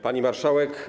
Pani Marszałek!